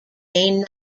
cane